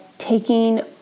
taking